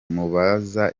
mubaza